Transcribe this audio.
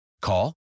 Call